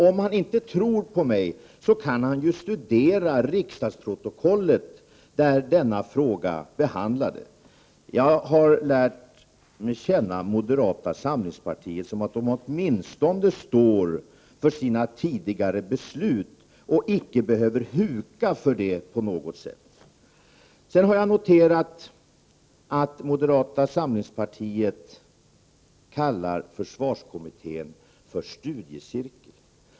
Om han inte tror på mig kan han studera detta i det riksdagens protokoll från behandlingen av denna fråga. Jag har lärt känna moderata samlingspartiet så, att man åtminstone står för sina tidigare beslut och icke behöver huka för dessa på något sätt. Jag har noterat att moderata samlingspartiet kallar försvarskommittén för en studiecirkel.